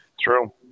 true